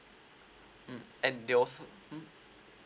mm and they also mm